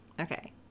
Okay